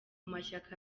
mashyaka